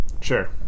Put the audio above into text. Sure